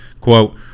quote